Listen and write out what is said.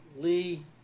Lee